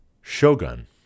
shogun